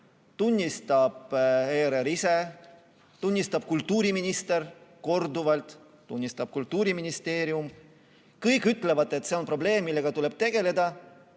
tunnistab ERR ise, on tunnistanud kultuuriminister korduvalt, tunnistab Kultuuriministeerium. Kõik ütlevad, et see on probleem, millega tuleb tegeleda.